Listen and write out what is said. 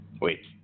Wait